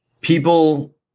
People